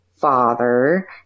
father